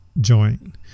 joint